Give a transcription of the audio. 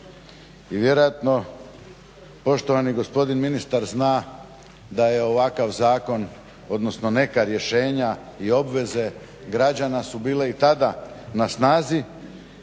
I vjerojatno poštovani gospodin ministar zna da je ovakav zakon, odnosno neka rješenja i obveze građana su bile i tada na snazi